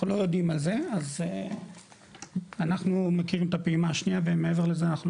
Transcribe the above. אנחנו לא יודעים על זה אז אנחנו מכירים את הפעימה השנייה ומעבר לזה,